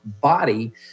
body